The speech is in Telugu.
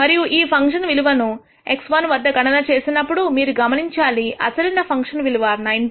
మరియు ఈ ఫంక్షన్ విలువలు ను x1 వద్ద గణన చేసినప్పుడు మీరు గమనించాలి అసలైన ఫంక్షన్ విలువ 19